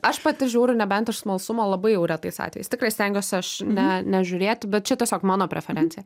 aš pati žiūriu nebent iš smalsumo labai jau retais atvejais tikrai stengiuosi aš ne nežiūrėti bet čia tiesiog mano preferencija